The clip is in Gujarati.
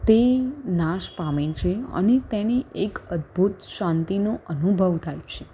તે નાશ પામે છે અને તેને એક અદ્ભુત શાંતિનો અનુભવ થાય છે